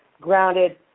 grounded